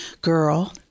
girl